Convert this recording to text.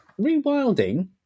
Rewilding